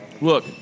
look